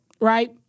right